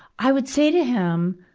i would say to him,